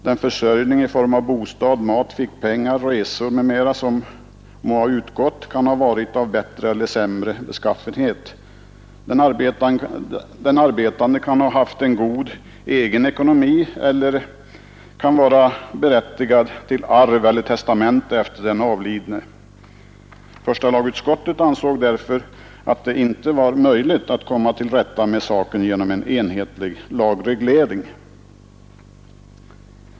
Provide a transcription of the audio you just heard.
Den försörjning i form av bostad, mat, fickpengar, resor m.m. som må ha utgått kan ha varit av bättre eller sämre beskaffenhet. Den arbetande kan ha en god egen ekonomi eller kan vara berättigad till arv eller testamentslott efter den avlidne. Första lagutskottet ansåg det därför inte vara möjligt att komma till rätta med problemet genom en enhetlig lagreglering.